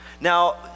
now